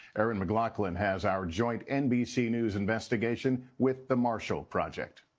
erin mclaughlin has our joint nbc news investigation with the marshal project.